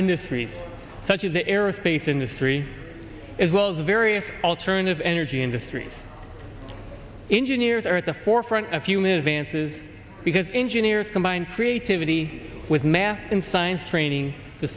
industries such as the aerospace industry as well as various alternative energy industries engineers are at the forefront of human events is because engineers combine creativity with math and science training to